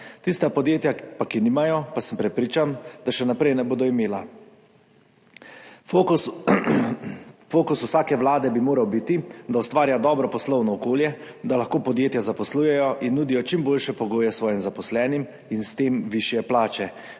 Tista podjetja pa, ki nimajo, pa sem prepričan, da še naprej ne bodo imela. Fokus vsake vlade bi moral biti, da ustvarja dobro poslovno okolje, da lahko podjetja zaposlujejo in nudijo čim boljše pogoje svojim zaposlenim in s tem višje plače,